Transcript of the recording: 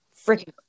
freaking